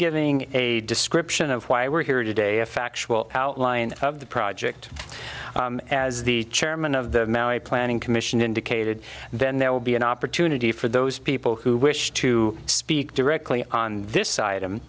giving a description of why we're here today a factual outline of the project as the chairman of the planning commission indicated then there will be an opportunity for those people who wish to speak directly on this